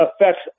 affects